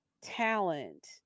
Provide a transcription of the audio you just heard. talent